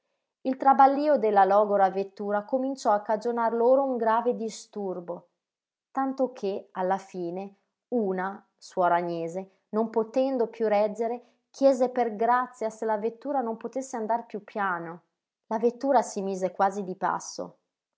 il traballío della logora vettura cominciò a cagionar loro un grave disturbo tanto che alla fine una suor agnese non potendo piú reggere chiese per grazia se la vettura non potesse andare piú piano la vettura si mise quasi di passo